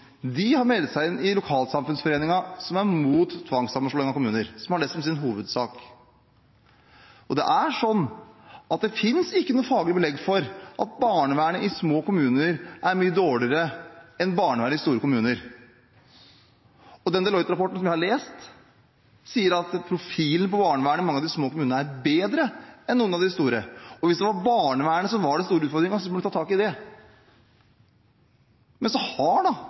som er imot tvangssammenslåing av kommuner, og som har det som sin hovedsak. Det finnes ikke noe faglig belegg for at barnevernet i små kommuner er mye dårligere enn barnevernet i store kommuner. Deloitte-rapporten, som jeg har lest, sier at profilen på barnevernet i mange av de små kommunene er bedre enn i noen av de store. Hvis det er barnevernet som er den store utfordringen, må vi ta tak i det. Så har